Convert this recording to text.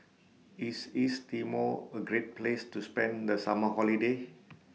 IS East Timor A Great Place to spend The Summer Holiday